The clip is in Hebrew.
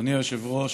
אדוני היושב-ראש,